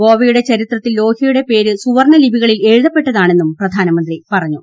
ഗോവയുടെ ചരിത്രത്തിൽ ലോഹൃയുടെ പേര് സുവർണ ലിപികളിൽ എഴുതപ്പെട്ടതാണെന്നും പ്രധാനമന്ത്രി പറഞ്ഞു